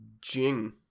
Jing